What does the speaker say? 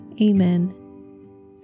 Amen